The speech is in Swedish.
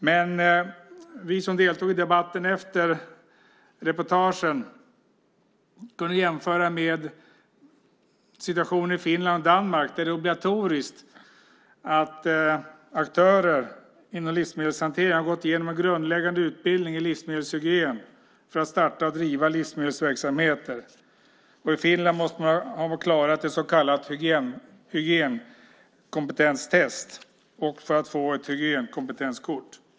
Men vi som deltog i debatten efter reportagen kunde jämföra med situationen i Finland och Danmark. Där är det obligatoriskt att aktörer inom livsmedelshantering har gått igenom en grundläggande utbildning i livsmedelshygien för att starta eller driva livsmedelsverksamheter. I Finland måste man ha klarat ett så kallat hygienkompetenstest för att få ett hygienkompetenskort.